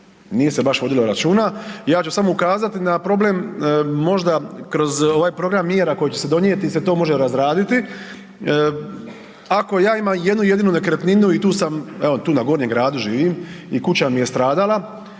nije baš vodilo računa, ja ću samo ukazati na problem možda kroz ovaj program mjera koji će se donijeti da se to može razraditi. Ako ja imam jednu jedinu nekretninu i tu sam, evo tu na Gornjem gradu živim i kuća mi je stradala,